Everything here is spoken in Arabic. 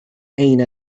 أين